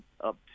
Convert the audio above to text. up